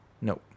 No